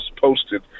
posted